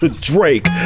Drake